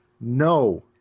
no